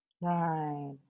right